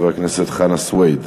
חבר הכנסת חנא סוייד.